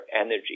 energy